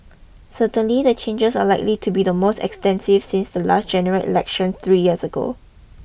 certainly the changes are likely to be the most extensive since the last general election three years ago